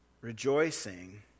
rejoicing